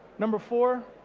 number four,